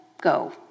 go